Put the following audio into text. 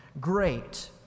great